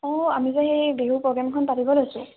অঁ আমি যে সেই বিহু প্ৰগ্ৰেমখন পাতিব লৈছোঁ